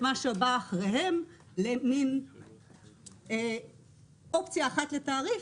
מה שבא אחריהם למן אופציה אחת לתעריף,